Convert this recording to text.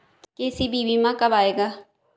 KCC बीमा कब आएगा?